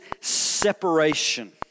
separation